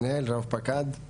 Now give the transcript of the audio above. מעלים אתגרים,